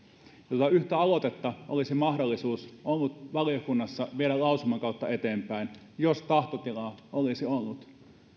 tuota yhtä aloitetta olisi mahdollisuus ollut valiokunnassa viedä lausuman kautta eteenpäin jos tahtotilaa olisi ollut